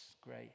great